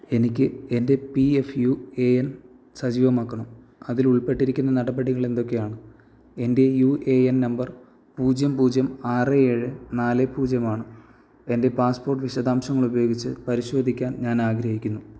എനിക്ക് എൻ്റെ P F U A N സജീവമാക്കണം അതിൽ ഉൾപ്പെട്ടിരിക്കുന്ന നടപടികൾ എന്തൊക്കെയാണ് എൻ്റെ യു എ എൻ നമ്പർ പൂജ്യം പൂജ്യം ആറ് ഏഴ് നാല് പൂജ്യമാണ് എൻ്റെ പാസ്പോർട്ട് വിശദാംശങ്ങളുപയോഗിച്ച് പരിശോധിക്കാൻ ഞാൻ ആഗ്രഹിക്കുന്നു